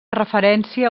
referència